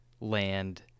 land